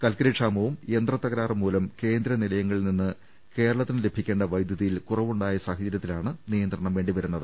കൽക്കരി ക്ഷാമവും യന്ത്രത്തകരാറും മൂലം കേന്ദ്ര നിലയങ്ങളിൽ നിന്നും കേരളത്തിന് ലഭിക്കേണ്ട വൈദ്യു തിയിൽ കുറവുണ്ടായ സാഹചര്യത്തിലാണ് നിയന്ത്രണം വേണ്ടി വരുന്നത്